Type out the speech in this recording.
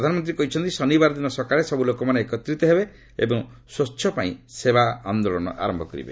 ପ୍ରଧାନମନ୍ତ୍ରୀ କହିଛନ୍ତି ଶନିବାର ଦିନ ସକାଳେ ସବୁ ଲୋକମାନେ ଏକତ୍ରିତ ହେବେ ଏବଂ ସ୍ୱଚ୍ଚ ପାଇଁ ସେବା ଆନ୍ଦୋଳନ ଆରମ୍ଭ କରିବେ